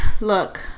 look